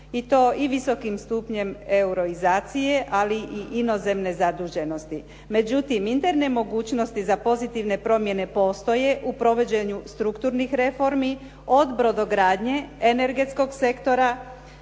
i to i visokim stupnjem euroizacije, ali i inozemne zaduženosti. Međutim, interne mogućnosti za pozitivne promjene postoje u provođenju strukturnih reformi od brodogradnje, energetskog sektora